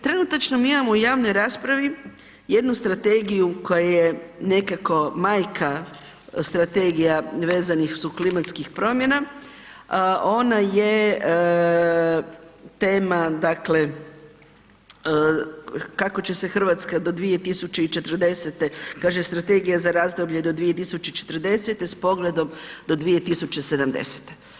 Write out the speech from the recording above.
Trenutačno mi imamo u javnoj raspravi jednu strategiju koja je nekako majka strategija vezanih uz klimatske promjene, ona je tema kako će se Hrvatska do 2040. kaže Strategija razdoblja do 2040. s pogledom do 2070.